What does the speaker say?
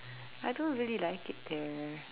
I don't really like it there